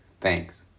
Thanks